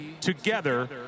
together